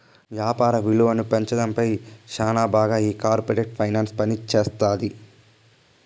యాపార విలువను పెంచడం పైన శ్యానా బాగా ఈ కార్పోరేట్ ఫైనాన్స్ పనిజేత్తది